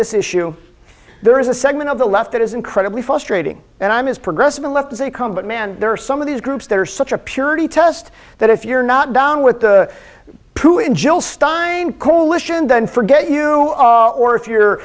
this issue there is a segment of the left that is incredibly frustrating and i'm as progressive left as they come but man there are some of these groups that are such a purity test that if you're not down with the joel stein coalition then forget you or if you're